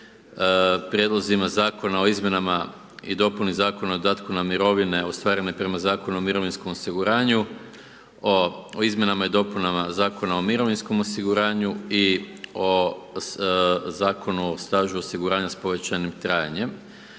prijedlozima Zakona o izmjenama i dopuni Zakon o dodatku na mirovine ostvarene prema Zakonu o mirovinskom osiguranju o izmjenama i dopunama Zakona o mirovinskom osiguranju i o Zakonu o stažu osiguranja s povećanim trajanjem.